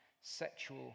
sexual